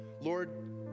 Lord